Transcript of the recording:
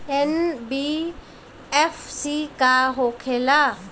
NBFC का होंखे ला?